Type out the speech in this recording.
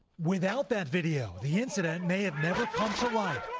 without that video the incident may have never come to light.